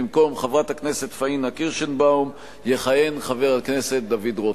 במקום חברת הכנסת פניה קירשנבאום יכהן חבר הכנסת דוד רותם.